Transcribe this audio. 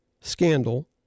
scandal